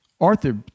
Arthur